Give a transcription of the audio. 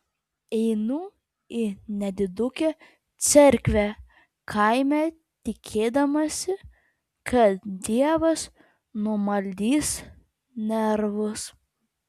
einu į nedidukę cerkvę kaime tikėdamasi kad dievas numaldys nervus